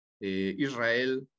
Israel